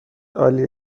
عالی